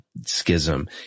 schism